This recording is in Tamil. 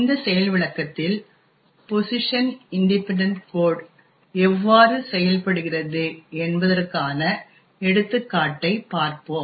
இந்த செயல் விளக்கத்தில் பொசிஷன் இன்ட்டிபென்டன்ட் கோட் எவ்வாறு செயல்படுகிறது என்பதற்கான எடுத்துக்காட்டைப் பார்ப்போம்